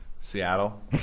Seattle